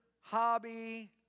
hobby